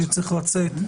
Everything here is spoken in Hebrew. שצריך לצאת,